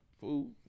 food